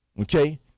Okay